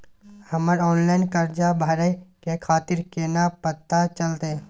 हमर ऑनलाइन कर्जा भरै के तारीख केना पता चलते?